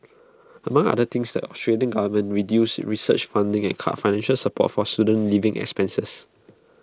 among other things the Australian government reduced research funding and cut financial support for student living expenses